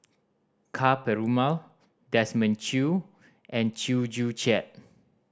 Ka Perumal Desmond Choo and Chew Joo Chiat